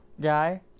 guy